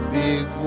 big